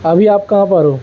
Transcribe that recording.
ابھی آپ کہاں پر ہو